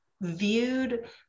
viewed